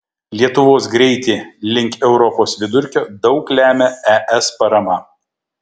lietuvos greitį link europos vidurkio daug lemia es parama